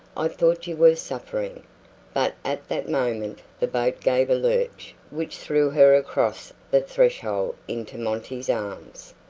i thought you were suffering but at that moment the boat gave a lurch which threw her across the threshold into monty's arms.